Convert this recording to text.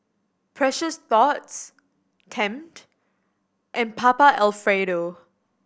Precious Thots Tempt and Papa Alfredo